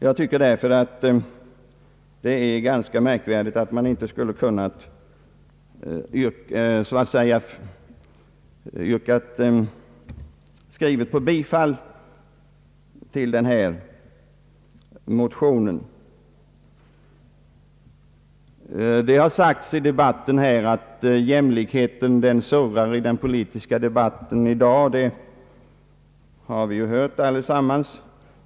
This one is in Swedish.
Jag tycker därför det är ganska märkvärdigt att man inte från utskottets sida gjort ett klart ställningstagande i sakfrågan och då från mina utgångspunkter givetvis yrkat bifall till motionen. Det har sagts att jämlikheten surrar i den politiska debatten i dag. Det har vi nog hört allesammans.